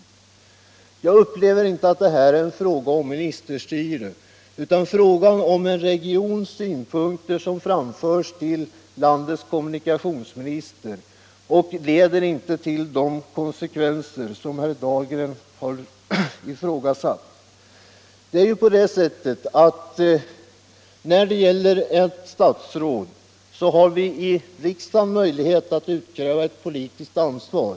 Detta upplever jag inte som ministerstyre, utan här är det fråga om att en regions synpunkter framförs till landets kommunikationsminister — och framförandet av de synpunkterna leder inte till sådana konsekvenser som herr Dahlgren befarar. När det gäller ett statsråd har vi ju här i riksdagen möjligheter att utkräva ett politiskt ansvar.